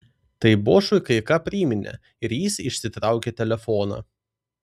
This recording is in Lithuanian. tai bošui kai ką priminė ir jis išsitraukė telefoną